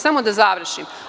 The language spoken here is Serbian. Samo da završim.